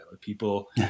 People